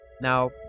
now